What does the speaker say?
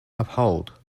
uphold